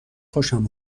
خوشم